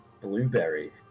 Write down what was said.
blueberry